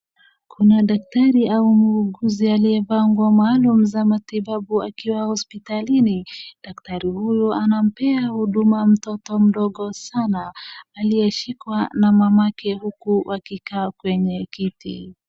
Kuna daktari ama muuguzi aliyevaa nguo maalum za matibabu akiwa hospitalini. Daktari huyu anampea huduma mtoto mdogo sana aliyeshikwa na mamake huku wakikaa kwenye kiti.